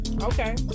Okay